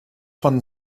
von